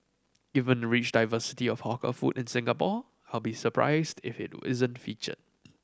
given the rich diversity of hawker food in Singapore I'll be surprised if it isn't feature